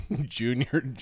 Junior